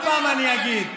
עוד פעם אני אגיד,